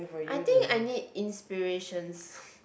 I think I need inspirations